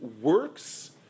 works